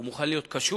הוא מוכן להיות קשוב,